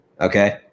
Okay